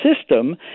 system